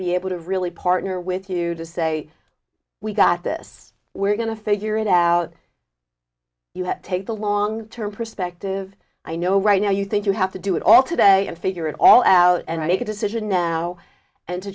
be able to really partner with you to say we got this we're going to figure it out you have to take the long term perspective i know right now you think you have to do it all today and figure it all out and make a decision now and to